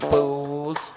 Fools